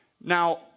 Now